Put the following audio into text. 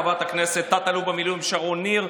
חברת הכנסת תת-אלוף במילואים שרון ניר,